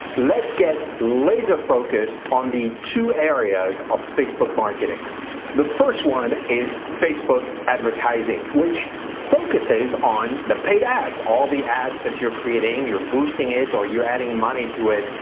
let's get laser focused on the two areas of facebook marketing the first one is facebook advertising which focuses on the paid ads, all the ads that you're creating your boosting. it or you're adding money to it,